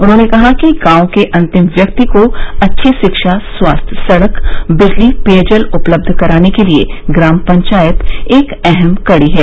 उन्होंने कहा कि गांव के अंतिम व्यक्ति को अच्छी शिक्षा स्वास्थ्य सड़क बिजली पेयजल उपलब्ध कराने के लिये ग्राम पंचायत एक अहम कड़ी है